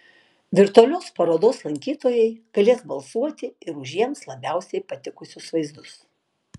virtualios parodos lankytojai galės balsuoti ir už jiems labiausiai patikusius vaizdus